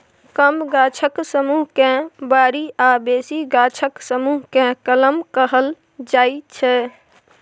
कम गाछक समुह केँ बारी आ बेसी गाछक समुह केँ कलम कहल जाइ छै